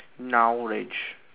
knowledge